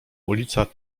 ulica